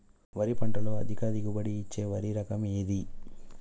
వరి పంట లో అధిక దిగుబడి ఇచ్చే వరి రకం ఏది?